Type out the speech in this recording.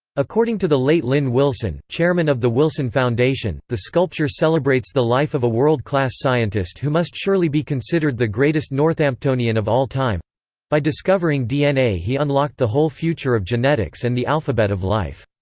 according to the late lynn wilson, chairman of the wilson foundation, the sculpture celebrates the life of a world class scientist who must surely be considered the greatest northamptonian of all time by discovering dna he unlocked the whole future of genetics and the alphabet of life.